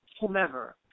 whomever